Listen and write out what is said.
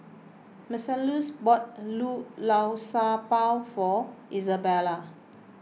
Marcellus bought Lu Lao Sha Bao for Isabela